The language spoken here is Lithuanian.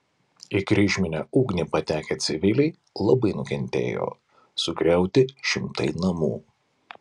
į kryžminę ugnį patekę civiliai labai nukentėjo sugriauti šimtai namų